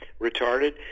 retarded